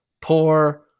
poor